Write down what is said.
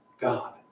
God